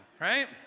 right